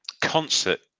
concert